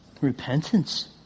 Repentance